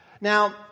Now